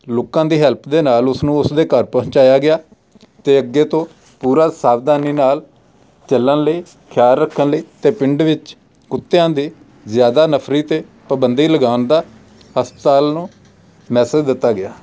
ਲੋਕਾਂ ਦੀ ਹੈਲਪ ਦੇ ਨਾਲ ਉਸਨੂੰ ਉਸ ਦੇ ਘਰ ਪਹੁੰਚਾਇਆ ਗਿਆ ਅਤੇ ਅੱਗੇ ਤੋਂ ਪੂਰਾ ਸਾਵਧਾਨੀ ਨਾਲ ਚੱਲਣ ਲਈ ਖਿਆਲ ਰੱਖਣ ਲਈ ਅਤੇ ਪਿੰਡ ਵਿੱਚ ਕੁੱਤਿਆਂ ਦੀ ਜ਼ਿਆਦਾ ਨਫਰੀ 'ਤੇ ਪਾਬੰਦੀ ਲਗਾਉਣ ਦਾ ਹਸਪਤਾਲ ਨੂੰ ਮੈਸੇਜ ਦਿੱਤਾ ਗਿਆ